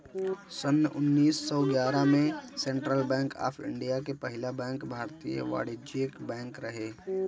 सन्न उन्नीस सौ ग्यारह में सेंट्रल बैंक ऑफ़ इंडिया के पहिला बैंक भारतीय वाणिज्यिक बैंक रहे